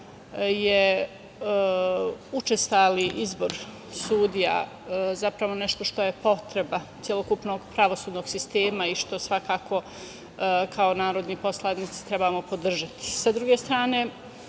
je učestali izbor sudija zapravo nešto što je potreba celokupnog pravosudnog sistema i što svakako kao narodni poslanici trebamo podržati. Sa